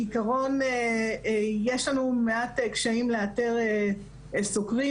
בעקרון יש לנו מעט קשיים לאתר סוקרים,